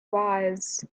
wise